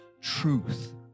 truth